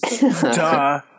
Duh